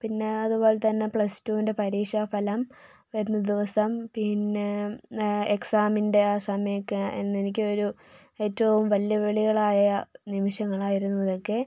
പിന്നെ അതുപോലെതന്നെ പ്ലസ്ടുവിൻ്റെ പരീക്ഷാഫലം വരുന്ന ദിവസം പിന്നെ എക്സാമിൻ്റെ ആ സമയം ഒക്കെ അന്ന് എനിക്ക് ഒരു ഏറ്റവും വെല്ലുവിളികളായ നിമിഷങ്ങൾ ആയിരുന്നു ഇതൊക്കെ